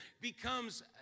becomes